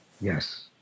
Yes